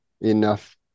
enough